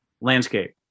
landscape